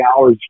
hours